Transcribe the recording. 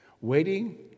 waiting